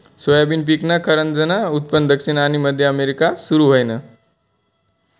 soybean पिकनं खरंजनं उत्पन्न दक्षिण आनी मध्य अमेरिकामा सुरू व्हयनं